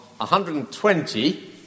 120